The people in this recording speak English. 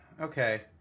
okay